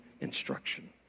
instruction